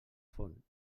font